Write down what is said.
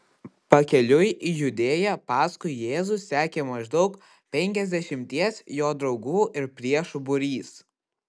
pakeliui į judėją paskui jėzų sekė maždaug penkiasdešimties jo draugų ir priešų būrys